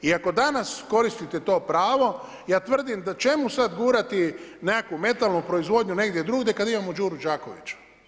I ako danas koristite to pravo ja tvrdim da čemu sad gurati nekakvu metalnu proizvodnju negdje drugdje kad imamo Đuru Đakovića.